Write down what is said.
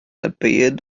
appeared